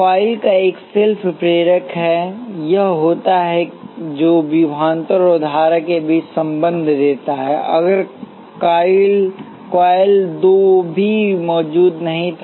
coil एक का self प्रेरक है यह होता है जो विभवांतरऔर धारा के बीच संबंध देता है अगर कॉइल दो भी मौजूद नहीं था